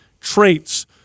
traits